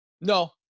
No